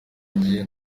njye